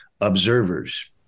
observers